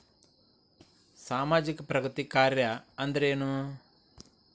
ಸಾಮಾಜಿಕ ಪ್ರಗತಿ ಕಾರ್ಯಾ ಅಂದ್ರೇನು?